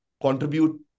contribute